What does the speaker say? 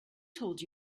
told